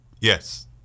Yes